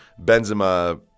Benzema